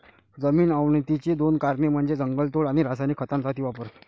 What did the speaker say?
जमीन अवनतीची दोन कारणे म्हणजे जंगलतोड आणि रासायनिक खतांचा अतिवापर